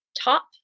top